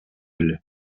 эле